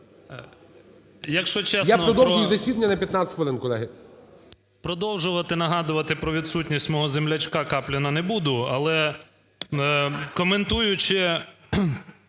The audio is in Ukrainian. Я продовжую засідання на 15 хвилин, колеги.